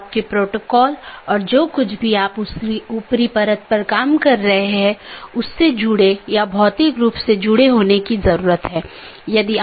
इन protocol के उदाहरण OSPF हैं और RIP जिनमे मुख्य रूप से इस्तेमाल किया जाने वाला प्रोटोकॉल OSPF है